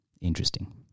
interesting